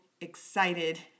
excited